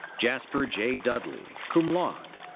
jasper j. dudley, cum laude.